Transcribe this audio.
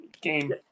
game